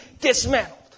dismantled